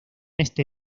este